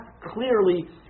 clearly